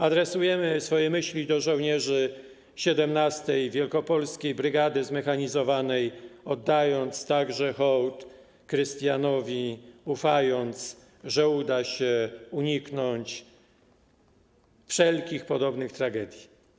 Adresujemy swoje myśli do żołnierzy 17. Wielkopolskiej Brygady Zmechanizowanej, oddając także hołd Krystianowi, ufając, że uda się uniknąć wszelkich podobnych tragedii.